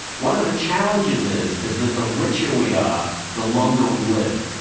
one of the challenges is is that the richer we are, the longer we live.